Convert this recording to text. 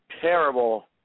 terrible